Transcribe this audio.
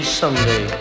someday